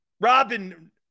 Robin